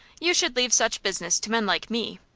you should leave such business to men like me!